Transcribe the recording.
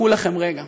קחו לכם רגע,